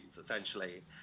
essentially